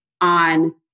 on